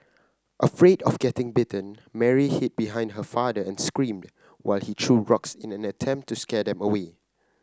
afraid of getting bitten Mary hid behind her father and screamed while he threw rocks in an attempt to scare them away